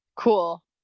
cool